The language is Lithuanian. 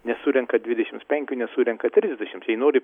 nesurenka dvidešimts penkių nesurenka trisdešimts jei nori